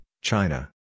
China